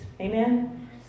Amen